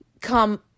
come